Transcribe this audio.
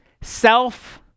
self